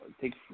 take